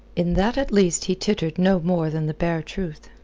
in that at least he tittered no more than the bare truth,